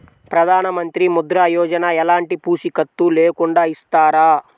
ప్రధానమంత్రి ముద్ర యోజన ఎలాంటి పూసికత్తు లేకుండా ఇస్తారా?